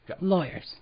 Lawyers